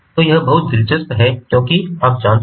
तो यह बहुत दिलचस्प है क्योंकि आप जानते हैं